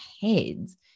heads